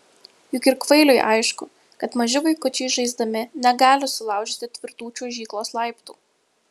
juk ir kvailiui aišku kad maži vaikučiai žaisdami negali sulaužyti tvirtų čiuožyklos laiptų